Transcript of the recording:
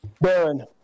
Baron